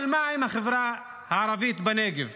אבל מה עם החברה הערבית בנגב?